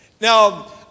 Now